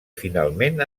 finalment